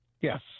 Yes